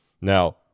Now